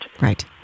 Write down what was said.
Right